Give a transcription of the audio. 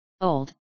old